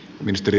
näinkö